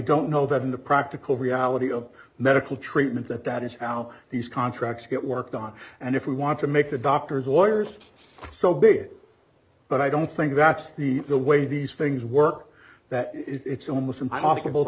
don't know that in the practical reality of medical treatment that that is how these contracts get worked on and if we want to make the doctors lawyers so be it but i don't think that's the way these things work that it's almost impossible